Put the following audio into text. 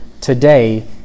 today